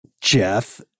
Jeff